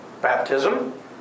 Baptism